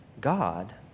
God